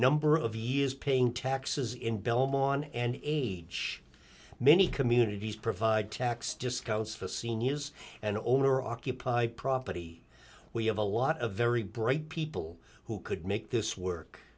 number of years paying taxes in belmont and age many communities provide tax discounts for seniors and owner occupied property we have a lot of very bright people who could make this work